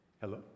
Hello